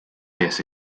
ces